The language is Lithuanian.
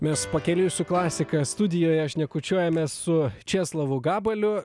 mes pakeliui su klasika studijoje šnekučiuojamės su česlovu gabaliu